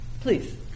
Please